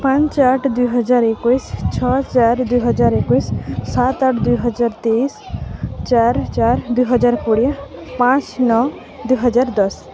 ପାଞ୍ଚ ଆଠ ଦୁଇ ହଜାର ଏକୋଇଶି ଛଅ ଚାରି ଦୁଇ ହଜାର ଏକୋଇଶି ସାତ ଆଠ ଦୁଇହଜାର ତେଇଶି ଚାରି ଚାରି ଦୁଇ ହଜାର କୋଡ଼ିଏ ପାଞ୍ଚ ନଅ ଦୁଇ ହଜାର ଦଶ